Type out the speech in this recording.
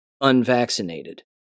unvaccinated